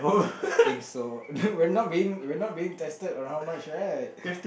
I think so we're not being we're not being tested on how much right